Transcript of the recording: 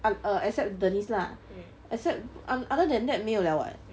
uh err except denise lah except um other than that 没有了 [what]